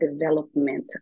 development